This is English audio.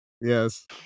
yes